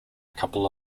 couple